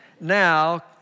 now